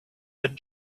that